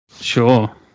Sure